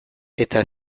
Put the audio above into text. eta